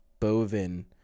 bovin